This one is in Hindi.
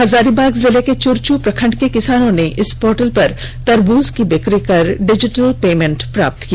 हजारीबाग जिले के चुरचु प्रखंड के किसानों ने इस पोर्टल पर तरबूज की बिक्री कर डिजिटल पेमेंट प्राप्त किया